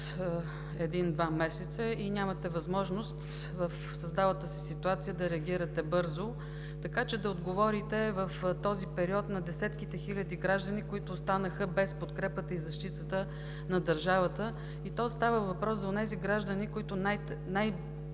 един-два месеца и нямахте възможност в създалата се ситуация да реагирате бързо, така че да отговорите в този период на десетките хиляди граждани, които останаха без подкрепата и защитата на държавата, и то става въпрос за онези граждани, които най-сериозно